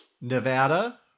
Nevada